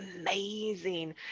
amazing